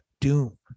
Doom